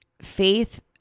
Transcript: Faith